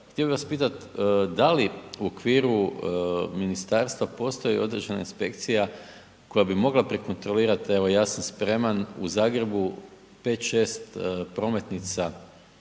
htio bih vas pitat da li u okviru ministarstva postoji određena inspekcija koja bi mogla prekontrolirati evo ja sam spreman u Zagrebu 5, 6 prometnica